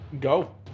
Go